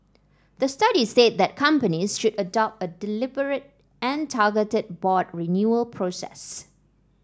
the study said that companies should adopt a deliberate and targeted board renewal process